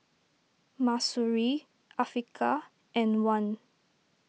Mahsuri Afiqah and Wan